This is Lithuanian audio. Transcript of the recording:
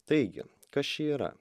taigi kas čia yra